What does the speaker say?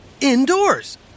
Indoors